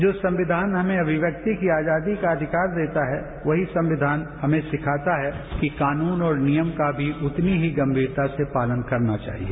जो संविधान हमें अभिव्यक्ति की आजादी का अधिकार देता है वही संविधान हमें सिखाता है कि कानून और नियम का भी उतनी ही गंभीरता से पालन करना चाहिए